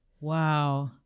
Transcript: Wow